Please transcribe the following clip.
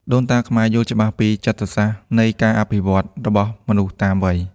ដូនតាខ្មែរយល់ច្បាស់ពីចិត្តសាស្ត្រនៃការអភិវឌ្ឍរបស់មនុស្សតាមវ័យ។